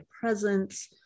presence